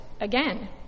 again